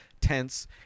tense